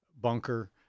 bunker